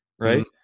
right